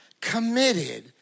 committed